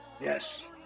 Yes